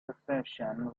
perception